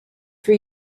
for